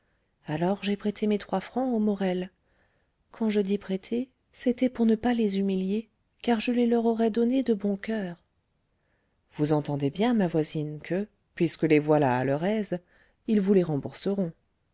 alors j'ai prêté mes trois francs aux morel quand je dis prêté c'était pour ne pas les humilier car je les leur aurais donnés de bon coeur vous entendez bien ma voisine que puisque les voilà à leur aise ils vous les rembourseront